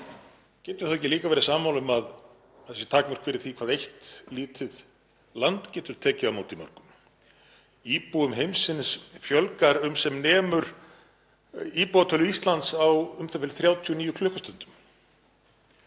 við þá ekki líka verið sammála um að það séu takmörk fyrir því hvað eitt lítið land getur tekið á móti mörgum? Íbúum heimsins fjölgar um sem nemur íbúatölu Íslands á u.þ.b. 39 klukkustundum.